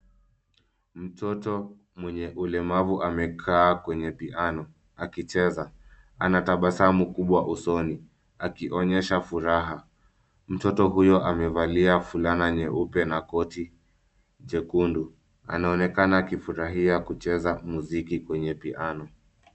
Mtoto mwenye ulemavu amekaa kwenye piano akicheza. Anatabasamu kubwa usoni akionyesha furaha. Mtoto huyo amevalia fulana nyeupe na koti jekundu. Anaonekana akifurahia kucheza muziki kwenye piano.